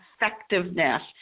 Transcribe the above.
effectiveness